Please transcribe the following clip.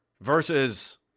Versus